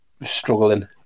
Struggling